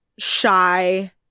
Shy